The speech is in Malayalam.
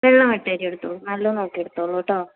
വെള്ള മട്ട അരി എടുത്തോളൂ നല്ല നോക്കി എടുത്തോളൂ കേട്ടോ